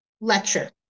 lecture